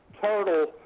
turtle